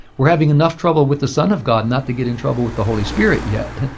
we're having enough trouble with the son of god not to get in trouble with the holy spirit yet.